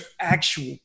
actual